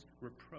reproach